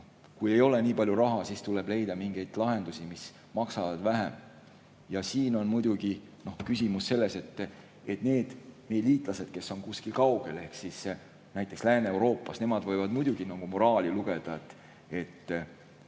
Kui ei ole nii palju raha, siis tuleb lihtsalt leida mingeid lahendusi, mis maksavad vähem. Siin on küsimus selles, et meie liitlased, kes on kuskil kaugel, näiteks Lääne-Euroopas, võivad muidugi moraali lugeda, et